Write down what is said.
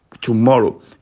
tomorrow